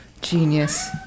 genius